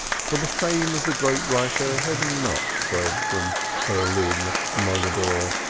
for the fame of the great writer had not spread from berlin, mogadore,